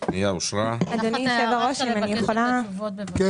הצבעה הפנייה אושרה אני רוצה רק לבקש את התשובות בבקשה.